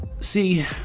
See